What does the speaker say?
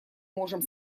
можем